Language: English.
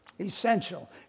essential